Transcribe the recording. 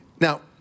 Now